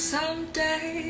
Someday